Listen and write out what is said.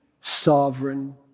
sovereign